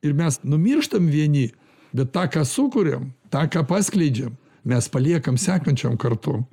ir mes numirštam vieni bet tą ką sukuriam tą ką paskleidžiam mes paliekam sekančiom kartom